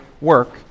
work